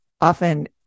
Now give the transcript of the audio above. often